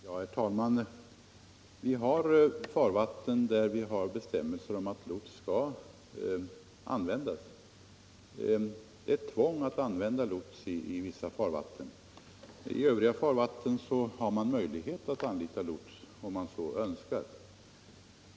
Herr talman! I vissa farvatten gäller bestämmelser om att lots obligatoriskt skall anlitas. I övriga farvatten har man möjlighet att anlita lots om man så önskar.